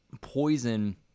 poison